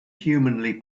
humanly